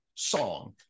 Song